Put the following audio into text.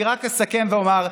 אני רק אסכם ואומר,